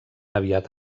aviat